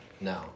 No